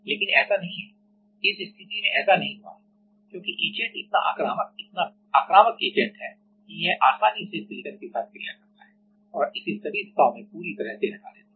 लेकिन ऐसा नहीं है इस स्थिति में ऐसा नहीं हुआ है क्योंकि इचेंट इतना आक्रामक इतना आक्रामक एजेंट है कि यह आसानी से सिलिकॉन के साथ क्रिया करता है और इसे सभी दिशाओं में पूरी तरह से हटा देता है